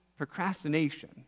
procrastination